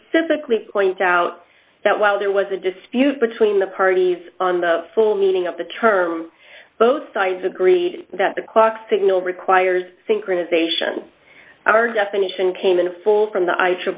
specifically point out that while there was a dispute between the parties on the full meaning of the term both sides agreed that the clock signal requires synchronization our definition came in full from the i